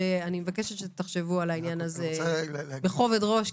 ואני מבקשת שתחשבו על העניין הזה בכובד ראש.